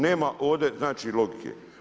Nema ovdje, znači logike.